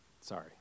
Sorry